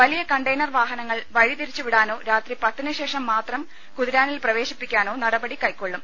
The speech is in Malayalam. വലിയ കണ്ടെയ്നർ വാഹനങ്ങൾ വഴി തിരിച്ചു വിടാനോ രാത്രി പത്തിന് ശേഷം മാത്രം കുതിരാനിൽ പ്രവേശിപ്പിക്കുവാനോ നടപടി കൈക്കൊള്ളും